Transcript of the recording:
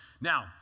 Now